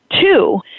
two